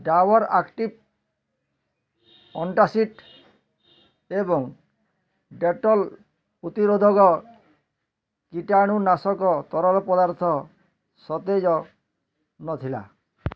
Dabur active antacid ଏବଂ Dettol ପୂତିରୋଧକ କୀଟାଣୁନାଶକ ତରଳ ପଦାର୍ଥ ସତେଜ ନଥିଲା